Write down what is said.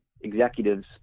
executive's